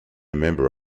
member